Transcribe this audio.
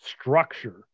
structure